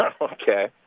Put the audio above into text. Okay